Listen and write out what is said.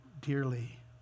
dearly